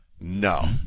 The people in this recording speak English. No